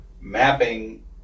mapping